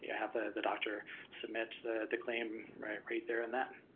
yeah have the the doctor submit the the claim right right there and then?